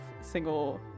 single